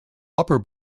upper